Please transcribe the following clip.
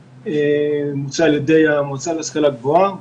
שמוצע על ידי המועצה להשכלה גבוהה.